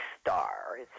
star